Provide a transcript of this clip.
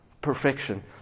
perfection